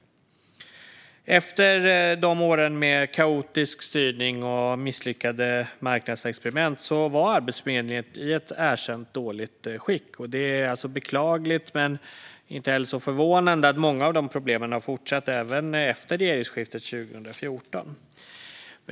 Efter dessa år med kaotisk styrning och misslyckade marknadsexperiment var Arbetsförmedlingen i ett erkänt dåligt skick. Det är beklagligt, men inte så förvånande, att många av de problemen har fortsatt även efter regeringsskiftet 2014.